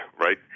right